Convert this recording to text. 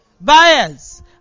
buyers